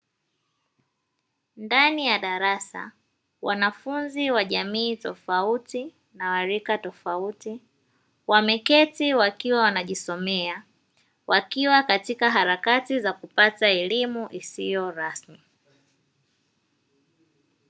Ndani ya darasa wanafunzi wajamii tofauti na wa rika tofauti wameketi wakiwa wanajisomea, wakiwa katika harakati za kupata elimu isiyo rasmi.